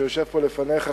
שיושב פה לפניך,